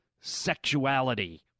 sexuality